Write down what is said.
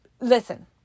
listen